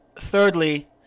Thirdly